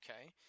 okay